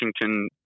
Washington